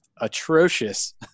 atrocious